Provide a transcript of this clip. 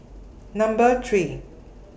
Number three